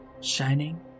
shining